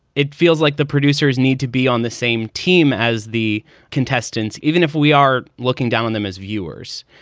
it feels like the producers need to be on the same team as the contestants. even if we are looking down on them as viewers,